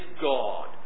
God